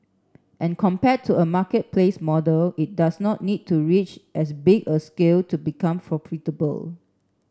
and compared to a marketplace model it does not need to reach as big a scale to become profitable